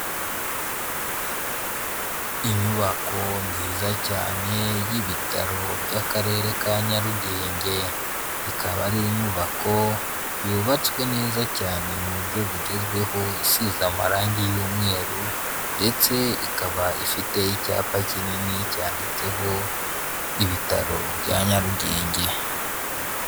Inyubako nziza cyane y'ibitaro by'akarere ka Nyarugenge ikaba ari inyubako yubatswe neza cyane mu buryo bugezweho, isize amarangi y'umweru ndetse ikaba ifite icyapa kinini cyanditseho ibitaro bya Nyarugenge.